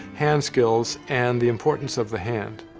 hand skills and the importance of the hand.